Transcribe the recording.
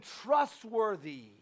trustworthy